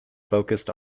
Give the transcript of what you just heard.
focused